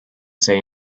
say